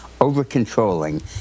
over-controlling